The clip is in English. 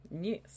Yes